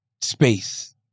space